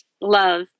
love